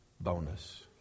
bonus